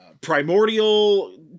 primordial